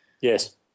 Yes